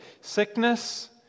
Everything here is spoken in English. Sickness